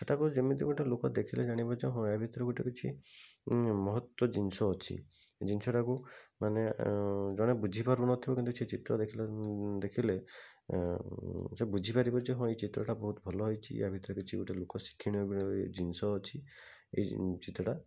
ସେଟାକୁ ଯେମିତି ଗୋଟେ ଲୋକ ଦେଖିଲେ ଜାଣିବ ଯେ ହଁ ୟା ଭିତରେ ଗୋଟେ କିଛି ମହତ୍ଵ ଜିନିଷ ଅଛି ଏ ଜିନିଷଟାକୁ ମାନେ ଜଣେ ବୁଝିପାରୁ ନଥିବ କିନ୍ତୁ ସେ ଚିତ୍ର ଦେଖିଲେ ଦେଖିଲେ ସେ ବୁଝିପାରିବ ଯେ ହଁ ଏଇ ଚିତ୍ରଟା ବହୁତ ଭଲ ହେଇଛି ୟା ଭିତରେ କିଛି ଗୋଟେ ଲୋକ ଶିକ୍ଷଣୀୟ ଜିନିଷ ଅଛି ଏଇ ଚିତ୍ରଟା